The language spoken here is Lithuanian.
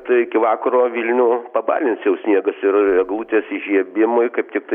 tai iki vakaro vilnių pabalins jau sniegas ir eglutės įžiebimui kaip tiktai